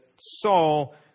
Saul